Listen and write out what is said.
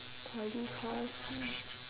poly course